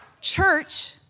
church